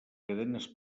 cadenes